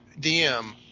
DM